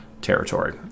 territory